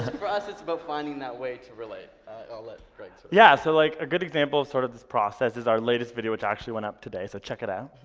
um process about finding that way to relate. i'll let yeah, so yeah so like a good example of sort of this process is our latest video which actually went up today, so check it out.